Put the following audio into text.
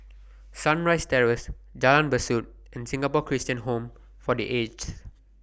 Sunrise Terrace Jalan Besut and Singapore Christian Home For The Aged